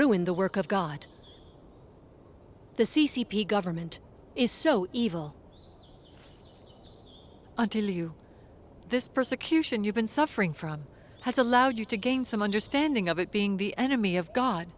ruin the work of god the c c p government is so evil until you this persecution you've been suffering from has allowed you to gain some understanding of it being the enemy of god